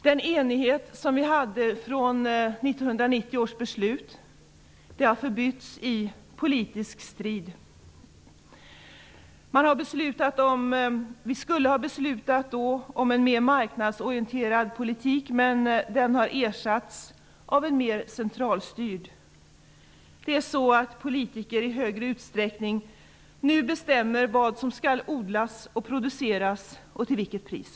Den enighet som vi hade vid 1990 års beslut har förbytts i politisk strid. Vi fattade beslut om en mer marknadsorienterad politik, men den har ersatts av en mer centralstyrd politik. Det är att politiker i större utsträckning nu bestämmer vad som skall odlas och produceras och till vilket pris.